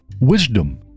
wisdom